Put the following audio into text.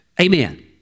Amen